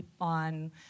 on